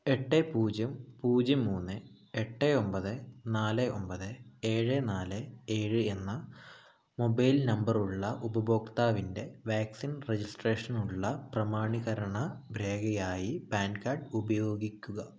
എട്ട് പൂജ്യം പൂജ്യം മൂന്ന് എട്ട് ഒമ്പത് നാല് ഒമ്പത് ഏഴ് നാല് ഏഴ് എന്ന മൊബൈൽ നമ്പർ ഉള്ള ഉപഭോക്താവിൻ്റെ വാക്സിൻ രജിസ്ട്രേഷനുള്ള പ്രമാണീകരണ രേഖയായി പാൻ കാർഡ് ഉപയോഗിക്കുക